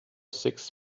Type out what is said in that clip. six